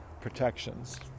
protections